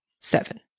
seven